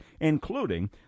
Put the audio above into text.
including